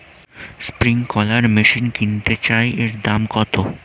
Sprinkler machine কিনতে চাই এর দাম কত?